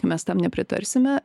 mes tam nepritarsime